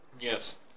Yes